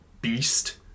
beast